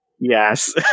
Yes